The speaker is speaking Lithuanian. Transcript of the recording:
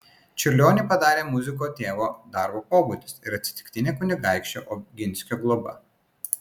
čiurlionį padarė muziku tėvo darbo pobūdis ir atsitiktinė kunigaikščio oginskio globa